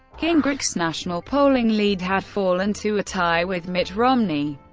gingrich's national polling lead had fallen to a tie with mitt romney.